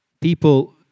people